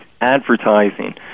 advertising